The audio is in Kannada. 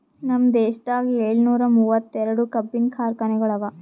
ನಮ್ ದೇಶದಾಗ್ ಏಳನೂರ ಮೂವತ್ತೆರಡು ಕಬ್ಬಿನ ಕಾರ್ಖಾನೆಗೊಳ್ ಅವಾ